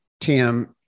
Tim